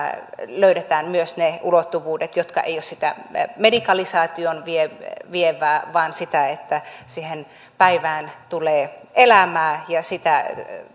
löydetään myös ne ulottuvuudet jotka eivät ole sitä medikalisaatioon vievää vaan sitä että siihen päivään tulee elämää ja